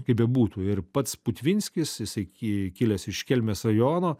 kaip bebūtų ir pats putvinskis jisai kilęs iš kelmės rajono